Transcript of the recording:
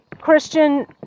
Christian